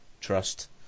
trust